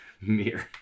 Mirror